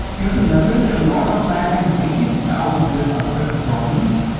you have to leverage a lot of that and bring it down to a subset of problems,